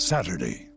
Saturday